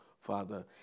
Father